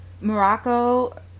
Morocco